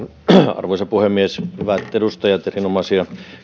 arvoisa puhemies hyvät edustajat erinomaisia